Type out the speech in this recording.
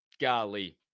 Golly